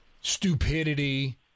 stupidity